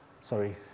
sorry